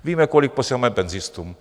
Víme, kolik posíláme penzistům.